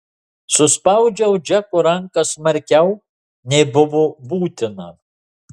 suspaudžiau džeko ranką smarkiau nei buvo būtina